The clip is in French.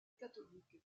catholique